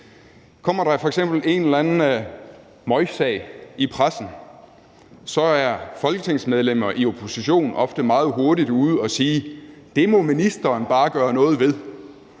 Kommer der f.eks. en eller anden møgsag i pressen, er folketingsmedlemmer i opposition ofte meget hurtigt ude at sige: Det må ministeren bare gøre noget ved!